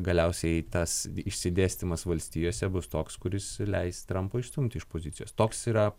galiausiai tas išsidėstymas valstijose bus toks kuris leis trampą išstumti iš pozicijos toks yra